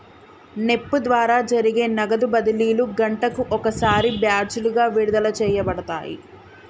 NEFT ద్వారా జరిపే నగదు బదిలీలు గంటకు ఒకసారి బ్యాచులుగా విడుదల చేయబడతాయి